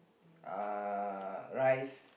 uh rice